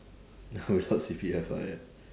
oh without C_P_F ah ya